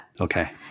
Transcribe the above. Okay